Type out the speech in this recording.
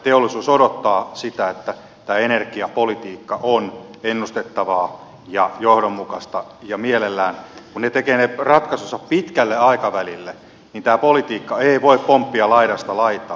teollisuus odottaa sitä että tämä energiapolitiikka on ennustettavaa ja johdonmukaista ja mielellään kun ne tekevät ne ratkaisunsa pitkälle aikavälille tämä politiikka ei voi pomppia laidasta laitaan